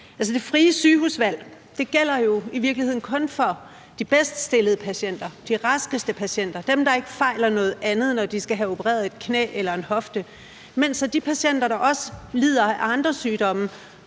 Det frie sygehusvalg gælder jo i virkeligheden kun for de bedst stillede patienter, de mest raske patienter, dem, der ikke fejler noget andet, når de skal have opereret et knæ eller en hofte, mens de patienter, der også lider af andre sygdomme,